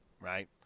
right